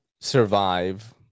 survive